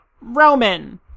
Roman